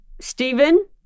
Stephen